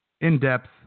In-depth